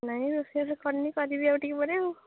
ନାଇଁ ରୋଷେଇ ବାସ କରିନି କରିବି ଆଉ ଟିକେ ପରେ ଆଉ